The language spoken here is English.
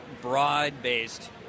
broad-based